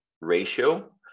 ratio